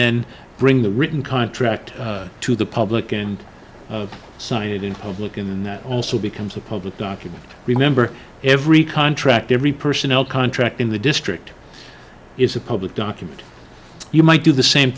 then bring the written contract to the public and sign it in public and that also becomes a public document remember every contract every personnel contract in the district is a public document you might do the same